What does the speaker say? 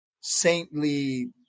saintly